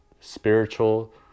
spiritual